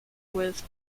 with